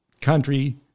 country